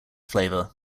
flavour